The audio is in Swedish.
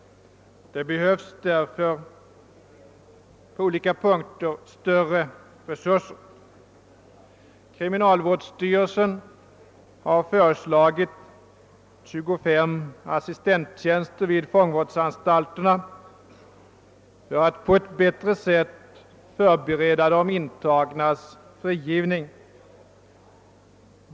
Det behövs därför på olika punkter större resurser. Kriminalvårdsstyrelsen har föreslagit 25 assistenttjänster vid fångvårdsanstalterna för att på ett bättre sätt förbereda de intagnas frigivning.